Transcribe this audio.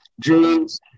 Dreams